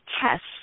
tests